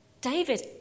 David